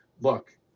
look